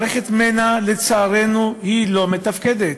מערכת מנ"ע, לצערנו, לא מתפקדת.